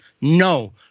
No